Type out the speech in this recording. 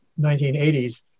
1980s